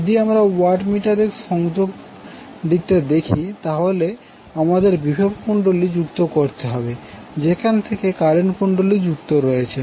যদি আমরা watt meter এর সংযোগ দিকটা দেখি তাহলে আমাদের বিভব কুণ্ডলী যুক্ত করতে হবে যেখান থেকে কারেন্ট কুণ্ডলী যুক্ত রয়েছে